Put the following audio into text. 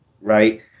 right